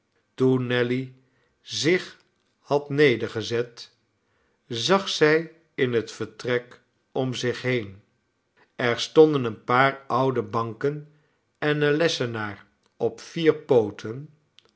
nelly zich had nedergezet zag zij in het vertrek om zich heen er stonden een paar oude banken en een lessenaar op vier pooten